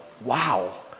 wow